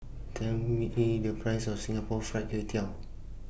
Tell Me The Price of Singapore Fried Kway Tiao